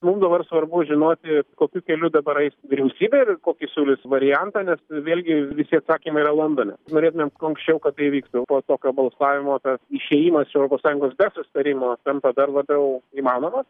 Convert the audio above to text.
mum dabar svarbu žinoti kokiu keliu dabar eis vyriausybė ir kokį siūlys variantą nes vėlgi visi atsakymai yra londone norėtumėm kuo anksčiau kad tai įvyktų po tokio balsavimo tas išėjimas iš europos sąjungos be susitarimo tampa dar labiau įmanomas